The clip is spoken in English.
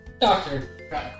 Doctor